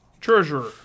Treasurer